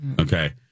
Okay